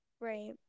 Right